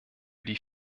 die